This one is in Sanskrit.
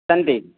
सन्ति